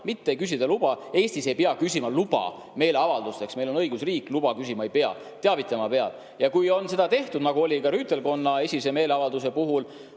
mitte luba küsida. Eestis ei pea küsima luba meeleavaldusteks. Meil on õigusriik, luba küsima ei pea, teavitama peab. Ja kui on seda tehtud, nagu oli ka rüütelkonna hoone esise esimese meeleavalduse puhul,